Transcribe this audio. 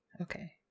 okay